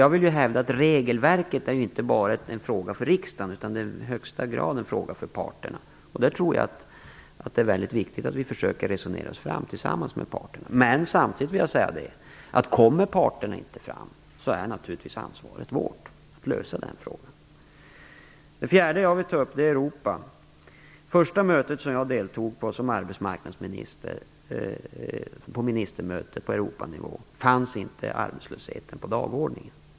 Jag vill hävda att regelverket är en fråga inte bara för riksdagen utan i högsta grad en fråga för parterna. Jag tror att det är viktigt att vi försöker resonera oss fram tillsammans med parterna. Men jag vill samtidigt säga att om parterna inte når fram, är ansvaret för att lösa denna fråga naturligtvis vårt. Det fjärde som jag vill ta upp är Europafrågan. Vid det första ministermöte på Europanivå där jag deltog som arbetsmarknadsminister fanns arbetslösheten inte med på dagordningen.